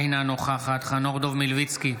אינה נוכחת חנוך דב מלביצקי,